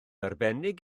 arbennig